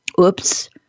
Oops